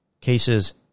Cases